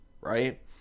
right